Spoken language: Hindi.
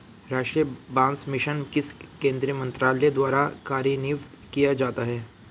राष्ट्रीय बांस मिशन किस केंद्रीय मंत्रालय द्वारा कार्यान्वित किया जाता है?